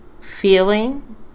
Feeling